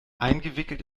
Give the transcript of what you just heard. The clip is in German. eingewickelt